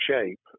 shape